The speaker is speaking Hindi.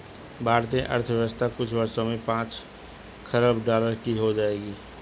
भारतीय अर्थव्यवस्था कुछ वर्षों में पांच खरब डॉलर की हो जाएगी